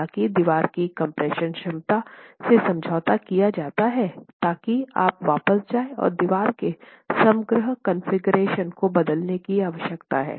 हालांकि दीवार की कम्प्रेशन क्षमता से समझौता किया जाता है ताकि आप वापस जाए और दीवार के समग्र कॉन्फ़िगरेशन को बदलने की आवश्यकता है